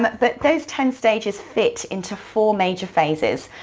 but but those ten stages fit into four major phases.